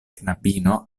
knabino